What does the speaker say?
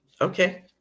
okay